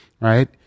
right